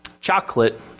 Chocolate